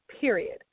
period